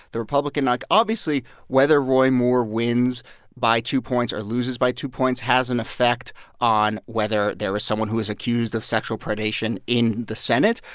the republican. like obviously, whether roy moore wins by two points or loses by two points has an effect on whether there is someone who is accused of sexual predation in the senate.